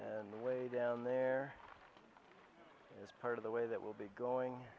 and the way down there as part of the way that will be going